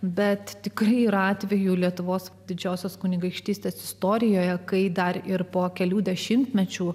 bet tikrai ir atveju lietuvos didžiosios kunigaikštystės istorijoje kai dar ir po kelių dešimtmečių